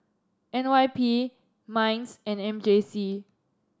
N Y P M INDS and M J C